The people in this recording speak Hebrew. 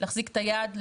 להחזיק את היד,